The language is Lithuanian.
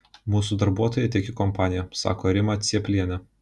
mūsų darbuotojai tiki kompanija sako rima cėplienė